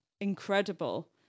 incredible